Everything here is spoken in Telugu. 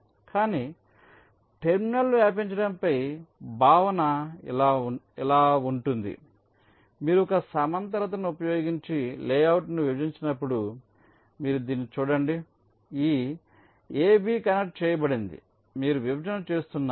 కానీ టెర్మినల్ వ్యాపించడంపై భావన ఇలాంటిది మీరు ఒక సమాంతరతను ఉపయోగించి లేఅవుట్ను విభజించినప్పుడు మీరు దీన్ని చూడండి ఈ AB కనెక్ట్ చేయబడింది మీరు విభజన చేస్తున్నారు